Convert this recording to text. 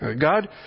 God